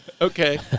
Okay